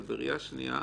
אבל בראייה שנייה,